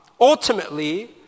ultimately